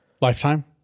Lifetime